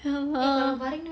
ya !alah!